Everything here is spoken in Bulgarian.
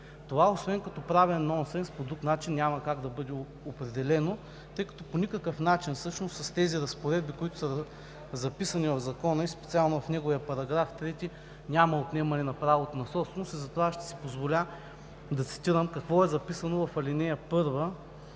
Освен като правен нонсенс, това по друг начин няма как да бъде определено, тъй като по никакъв начин с тези разпоредби, които са записани в Закона и специално в неговия § 3, няма отнемане на правото на собственост. Затова аз ще си позволя да цитирам какво е записано в ал. 1